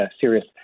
serious